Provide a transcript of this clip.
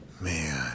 Man